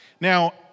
Now